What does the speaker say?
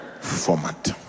format